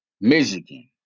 Michigan